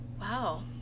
Wow